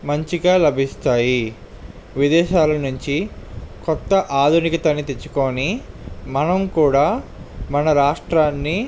మంచిగా లభిస్తాయి విదేశాల నుంచి కొత్త ఆధునికతని తెచ్చుకొని మనం కూడా మన రాష్ట్రాన్ని